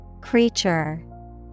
creature